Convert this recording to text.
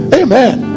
amen